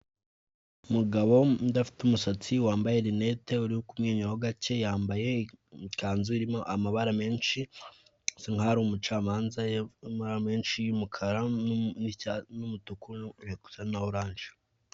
Umugabo udafite umusatsi wambaye rinete uri kumwenyura gake yambaye ikanzu irimo amabara menshi bisa nkaho ari umucamanzara y'amabara menshi y'umukara n'umutuku usa na oranje.